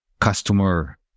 customer